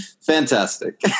Fantastic